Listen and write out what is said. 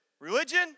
Religion